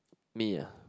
me ah